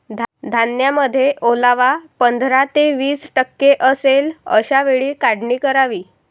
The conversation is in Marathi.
धान्यामध्ये ओलावा पंधरा ते वीस टक्के असेल अशा वेळी काढणी करावी